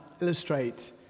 illustrate